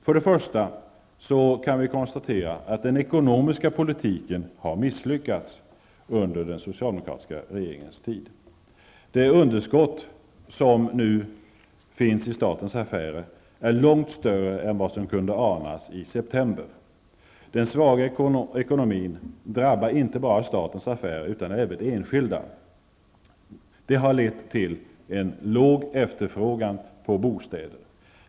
För det första kan vi konstatera att den ekonomiska politiken har misslyckats under den socialdemokratiska regeringens tid. Det underskott som nu finns i statens affärer är långt större än vad som kunde anas i september. Den svaga ekonomin drabbar inte bara statens affärer utan även enskilda. Det har lett till låg efterfrågan på bostäder.